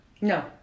No